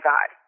God